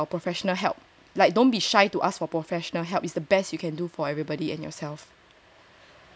professional help like don't be shy to ask for professional help is the best you can do for everybody and yourself